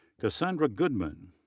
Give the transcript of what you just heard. cassandra goodman,